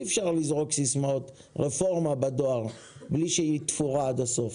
אי-אפשר לזרוק סיסמאות "רפורמה בדואר" בלי שהיא תפורה עד הסוף.